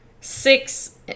six